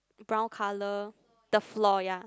brown color the floor yea